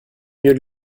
mieux